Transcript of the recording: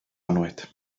annwyd